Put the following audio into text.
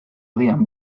agian